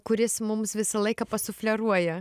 kuris mums visą laiką pasufleruoja